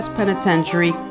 penitentiary